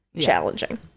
challenging